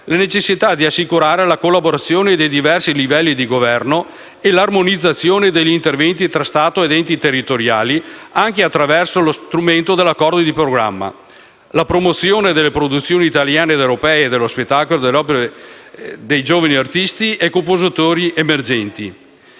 la necessità di assicurare la collaborazione dei diversi livelli di Governo e l'armonizzazione degli interventi tra Stato ed enti territoriali anche attraverso lo strumento dell'accordo di programma, la promozione delle produzioni italiane ed europee dello spettacolo e delle opere di giovani artisti e compositori emergenti.